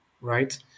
right